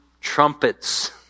trumpets